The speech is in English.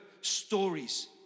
stories